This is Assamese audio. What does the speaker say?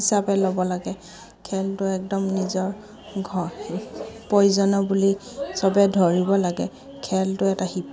হিচাপে ল'ব লাগে খেলটো একদম নিজৰ ঘ প্ৰয়োজনীয় বুলি সবে ধৰিব লাগে খেলটো এটা শিক